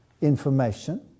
information